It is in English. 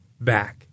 back